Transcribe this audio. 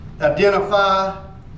identify